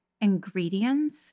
ingredients